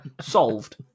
Solved